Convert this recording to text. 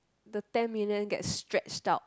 the ten million get stretch out